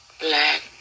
black